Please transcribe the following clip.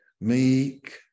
meek